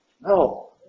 No